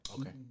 Okay